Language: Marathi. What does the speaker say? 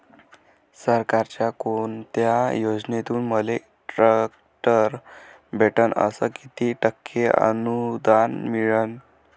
सरकारच्या कोनत्या योजनेतून मले ट्रॅक्टर भेटन अस किती टक्के अनुदान मिळन?